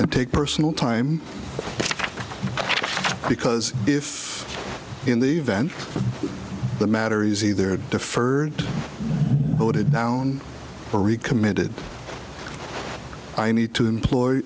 and take personal time because if in the event the matter is either deferred voted down or recommitted i need to employ